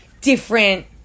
different